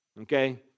Okay